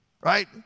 right